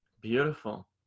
Beautiful